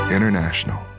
International